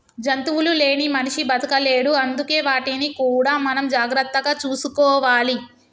జంతువులు లేని మనిషి బతకలేడు అందుకే వాటిని కూడా మనం జాగ్రత్తగా చూసుకోవాలి